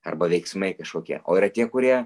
arba veiksmai kažkokie o yra tie kurie